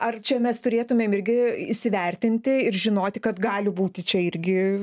ar čia mes turėtumėm irgi įsivertinti ir žinoti kad gali būti čia irgi